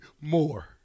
more